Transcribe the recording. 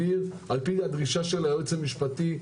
על פי הדרישה של היועץ המשפטי,